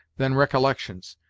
than recollections.